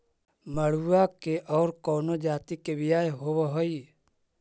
मडूया के और कौनो जाति के बियाह होव हैं?